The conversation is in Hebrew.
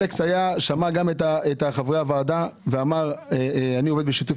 אלכס שמע גם את חברי הוועדה ואמר: אני עובד בשיתוף